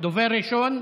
דובר ראשון,